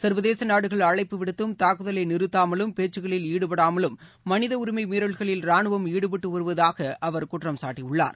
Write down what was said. சர்வதேசநாடுகள் அழைப்பு விடுத்தும் தாக்குதலைநிறுத்தாமலும் பேச்சுக்களில் ஈடுபடாமலும் மனிதஉரிமைமீறல்களில் ராணுவம் ஈடுபட்டுவருவதாகஅவர் குற்றம் சாட்டியுள்ளார்